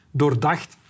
doordacht